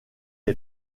est